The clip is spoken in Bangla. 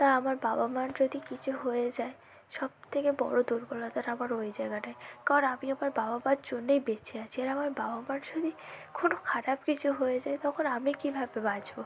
তাই আমার বাবা মার যদি কিছু হয়ে যায় সবথেকে বড় দুর্বলতাটা আমার ওই জায়গাটায় কারণ আমি আমার বাবা মার জন্যেই বেঁচে আছি আর আমার বাবা মার যদি কোনও খারাপ কিছু হয়ে যায় তখন আমি কীভাবে বাঁচবো